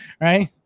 right